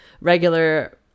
regular